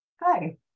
Hi